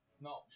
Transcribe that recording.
No